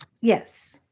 yes